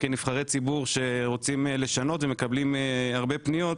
כנבחרי ציבור שרוצים לשנות ומקבלים הרבה פניות,